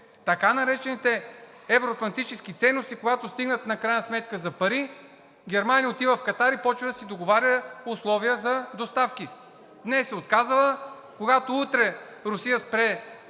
така наречените евро-атлантически ценности, когато стигнат в крайна сметка за пари, Германия отива в Катар и започва да си договаря условия за доставки. Днес е отказала, когато утре Русия спре